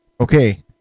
Okay